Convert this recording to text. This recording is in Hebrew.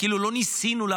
כאילו לא ניסינו להיות ביחד,